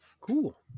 cool